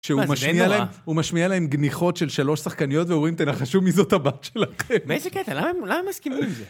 שהוא משמיע להם גניחות של שלוש שחקניות ואומרים תנחשו מזאת הבת שלכם. מה זה קטע? למה הם מסכימים לזה?